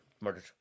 murdered